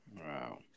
Wow